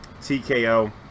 TKO